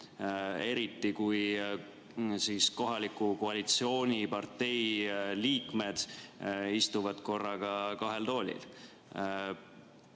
eriti kui kohaliku koalitsioonipartei liikmed istuvad korraga kahel toolil.